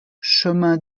chemin